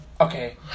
Okay